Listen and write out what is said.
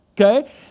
okay